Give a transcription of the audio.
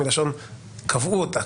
מלשון "קבעו" אותה,